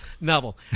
novel